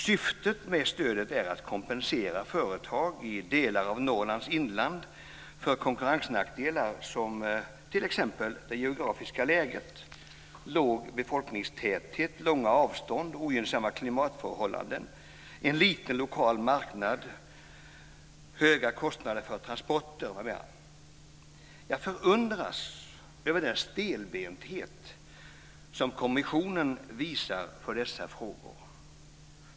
Syftet med stödet är att man ska kompensera företag i delar av Norrlands inland för konkurrensnackdelar som t.ex. det geografiska läget, en låg befolkningstäthet, långa avstånd, ogynnsamma klimatförhållanden, en liten lokal marknad och höga kostnader för transporter. Jag förundras över den stelbenthet som kommissionen visar när det gäller dessa frågor.